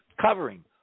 Covering